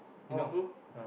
you know who